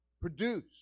produce